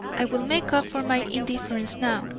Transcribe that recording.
i will make up for my indifference now,